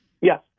Yes